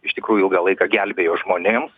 iš tikrųjų ilgą laiką gelbėjo žmonėms